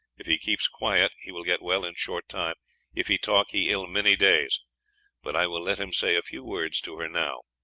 if he keeps quiet, he will get well in short time if he talk, he ill many days but i will let him say a few words to her now.